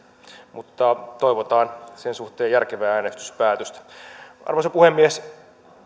mutta toivotaan sen suhteen järkevää äänestyspäätöstä arvoisa puhemies